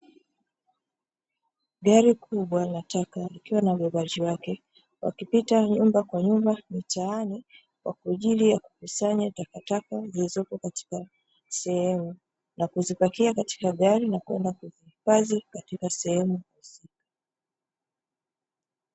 Gari kubwa la taka likiwa na wabebaji wake wakipita nyumba kwa nyumba mitaani kwaajili ya kukusanya takataka, zilizopo katika sehemu na kuzipakia katika gari na na kwenda kupaki katika sehemu husika.